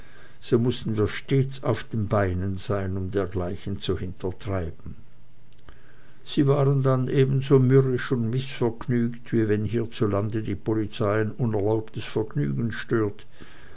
so mußten wir stets auf den beinen sein um dergleichen zu hintertreiben sie waren dann ebenso mürrisch und mißvergnügt wie wenn hierzulande die polizei ein unerlaubtes vergnügen stört